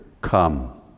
come